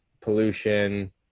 pollution